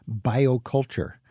bioculture